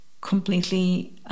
completely